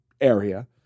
area